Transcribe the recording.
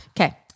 Okay